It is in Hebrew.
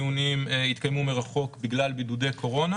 התקיימו בבתי המשפט הפליליים כ-60 דיונים מרחוק ביום,